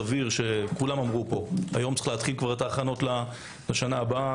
כולם אמרו פה שצריך כבר היום להתחיל את ההכנות לשנה הבאה.